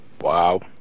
Wow